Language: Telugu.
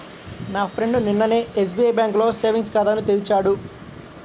నా ఫ్రెండు నిన్ననే ఎస్బిఐ బ్యేంకులో సేవింగ్స్ ఖాతాను తెరిచాడు